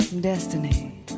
destiny